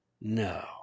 No